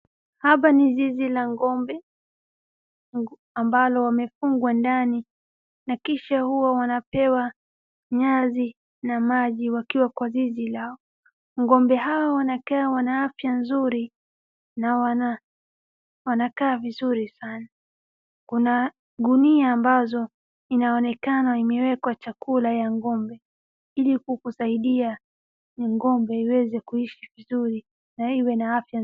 Hapa ni zizi la ng'ombe ambalo wamefungwa ndani na kisha huwa wanapewa maji na nyasi wakiwa kwa zizi lao. Ng'ombe hawa wanakaa wana afya nzuri na wanakaa vizuri sana. Kuna gunia ambazo inaonekana zimewekwa chakula ya ng'ombe ili kusaidia ng'ombe iweze kuishi vizuri, na iwe na afya nzuri.